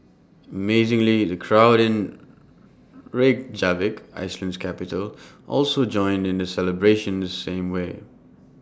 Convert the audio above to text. amazingly the crowd in Reykjavik Iceland's capital also joined in the celebration the same way